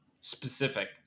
Specific